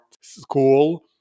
school